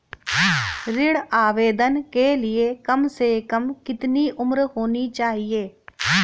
ऋण आवेदन के लिए कम से कम कितनी उम्र होनी चाहिए?